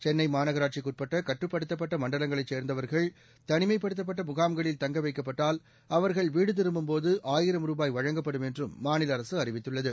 சென்னை மாநகராட்சிக்கு உட்பட்ட கட்டுப்படுத்தப்பட்ட மண்டலங்களைச் சேர்ந்தவர்கள் தனிமைப்படுத்தப்பட்ட முகாம்களில் தங்க வைக்கப்பட்டால் அவர்கள் வீடு திரும்பும்போது ஆயிரம் ரூபாய் வழங்கப்படும் என்றும் மாநில அரசு அறிவித்துள்ளது